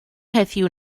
heddiw